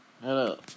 Hello